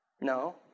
No